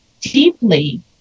deeply